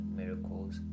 miracles